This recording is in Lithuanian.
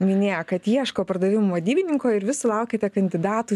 minėjo kad ieško pardavimų vadybininko ir vis sulaukiate kandidatų